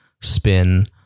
spin